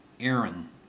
Aaron